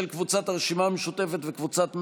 ולרסק את הכלכלה,